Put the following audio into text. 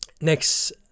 next